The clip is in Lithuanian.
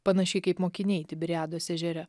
panašiai kaip mokiniai tiberiados ežere